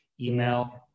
email